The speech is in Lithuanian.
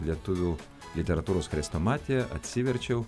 lietuvių literatūros chrestomatiją atsiverčiau